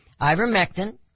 ivermectin